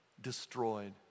destroyed